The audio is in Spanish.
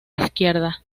izquierda